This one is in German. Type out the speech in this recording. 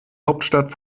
hauptstadt